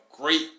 great